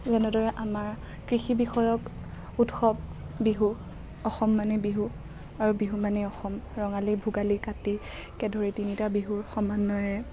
যেনেদৰে আমাৰ কৃষি বিষয়ক উৎসৱ বিহু অসম মানে বিহু আৰু বিহু মানেই অসম ৰঙালী ভোগালী কাতিকে ধৰি তিনিটা বিহুৰ সমন্বয়ে